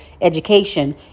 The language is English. education